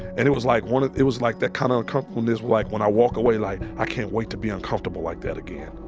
and it was like, it it was like that kind of uncomfortableness like when i walk away like, i can't wait to be uncomfortable like that again.